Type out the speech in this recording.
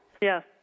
Yes